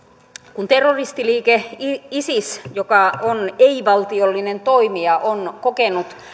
kun terroristiliike isis joka on ei valtiollinen toimija on kokenut